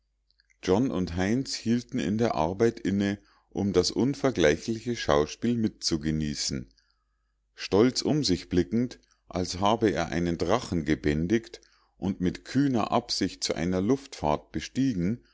john und heinz hielten in der arbeit inne um das unvergleichliche schauspiel mitzugenießen stolz um sich blickend als habe er einen drachen gebändigt und mit kühner absicht zu einer luftfahrt bestiegen